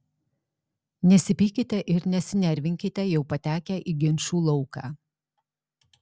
nesipykite ir nesinervinkite jau patekę į ginčų lauką